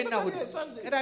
Sunday